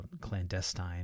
clandestine